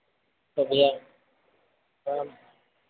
तो भैया